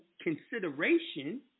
consideration